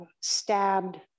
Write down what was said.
stabbed